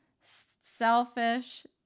selfish